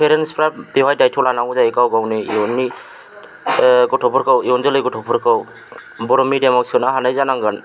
पेरेन्टसफोरा बेवहाय दायथ' लानांगौ जायो गाव गावनि इयुननि गथ'फोरखौ इयुन जोलै गथ'फोरखौ बर' मिडियामआव सोनो हानाय जानांगोन